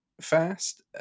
fast